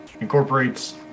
incorporates